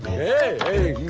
hey!